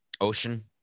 ocean